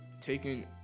taking